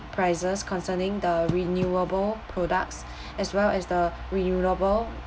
prices concerning the renewable products as well as the reusable